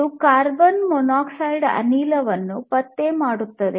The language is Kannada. ಇದು ಕಾರ್ಬನ್ ಮೋನಾಕ್ಸೈಡ್ ಅನಿಲವನ್ನು ಪತ್ತೆ ಮಾಡುತ್ತದೆ